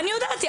אני יודעת,